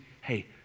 hey